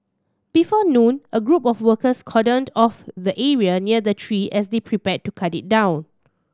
before noon a group of workers cordoned off the area near the tree as they prepared to cut it down